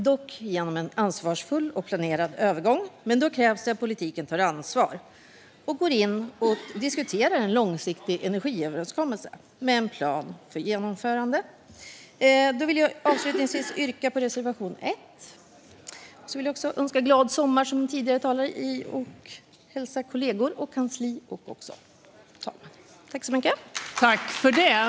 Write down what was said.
Det ska ske genom en ansvarsfull och planerad övergång, men då krävs det att politiken tar ansvar och går in för att diskutera en långsiktig energiöverenskommelse med en plan för genomförandet. Jag avslutar med att yrka bifall till reservation 1. Jag vill som tidigare talare även önska kollegor, kansli och fru talmannen en glad sommar.